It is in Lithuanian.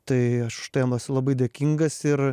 tai aš už tai jam esu labai dėkingas ir